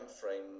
frame